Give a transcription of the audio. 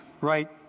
right